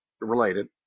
Related